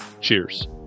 Cheers